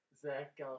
Zach